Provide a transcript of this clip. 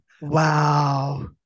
Wow